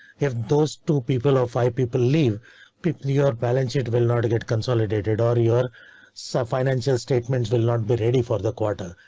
if those two people or five people leave people, your balance sheet will not get consolidated or your so financial statements will and but for the quarter.